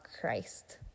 Christ